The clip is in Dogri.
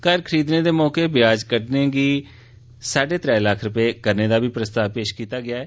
घर खरीदने दे मौके ब्याज कट्टनें गी साड्डै त्रै लक्ख रपे करने दा बी प्रस्ताव पेश कीता गेआ ऐ